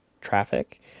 traffic